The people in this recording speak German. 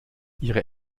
ihre